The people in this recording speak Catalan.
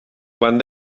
quan